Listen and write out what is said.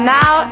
now